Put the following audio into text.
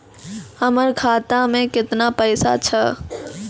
हमर खाता मैं केतना पैसा छह?